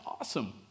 awesome